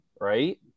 right